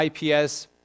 IPS